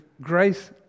grace